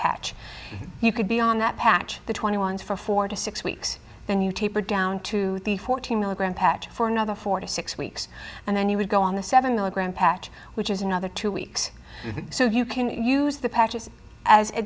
patch you could be on that patch the twenty one for forty six weeks and you taper down to the fourteen milligram patch for another forty six weeks and then you would go on a seven milligram patch which is another two weeks so you can use the patches as a